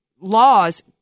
laws